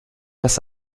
das